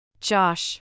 Josh